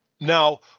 Now